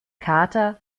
kater